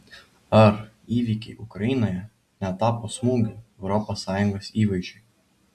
ar įvykiai ukrainoje netapo smūgiu europos sąjungos įvaizdžiui